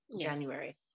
January